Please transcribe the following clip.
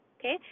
Okay